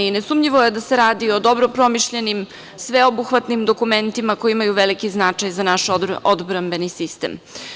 Nesumnjivo je da se radi o dobro promišljenim, sveobuhvatnim dokumentima koji imaju veliki značaj za naš odbrambeni sistem.